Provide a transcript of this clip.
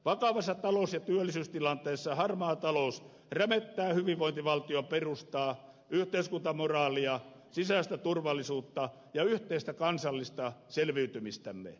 vakavassa talous ja työllisyystilanteessa harmaa talous rämettää hyvinvointivaltion perustaa yhteiskuntamoraalia sisäistä turvallisuutta ja yhteistä kansallista selviytymistämme